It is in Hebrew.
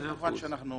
אבל כמובן שאנחנו